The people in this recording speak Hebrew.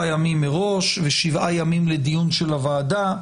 ימים מראש ושבעה ימים לדיון של הוועדה.